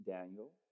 Daniel